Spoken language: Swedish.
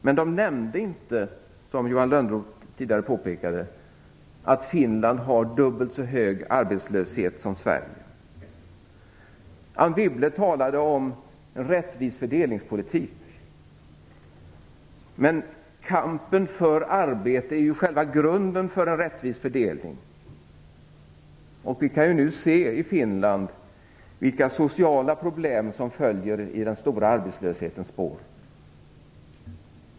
Men de nämnde inte, som Johan Lönnroth tidigare påpekade, att Finland har dubbelt så hög arbetslöshet som Sverige. Anne Wibble talade om en rättvis fördelningspolitik. Men kampen för arbete är ju själva grunden för en rättvis fördelning. Vi kan nu se i Finland de sociala problem som följer i den stora arbetslöshetens spår.